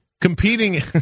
Competing